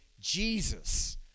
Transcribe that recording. Jesus